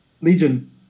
Legion